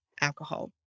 alcohol